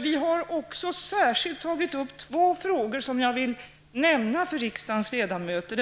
Vi har särskilt tagit upp två frågor, som jag vill nämna för riksdagens ledamöter.